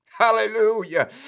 Hallelujah